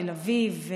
תל אביב,